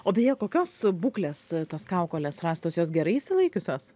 o beje kokios būklės tos kaukolės rastos jos gerai išsilaikiusios